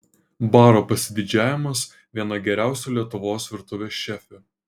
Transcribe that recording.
baro pasididžiavimas viena geriausių lietuvos virtuvės šefių